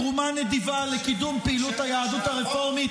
תרומה נדיבה לקידום פעילות היהדות הרפורמית